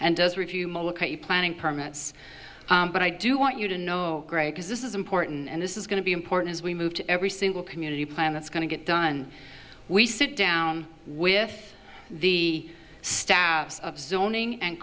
and does review planning permits but i do want you to know because this is important and this is going to be important as we move to every single community plan that's going to get done we sit down with the staffs of zoning and